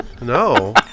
No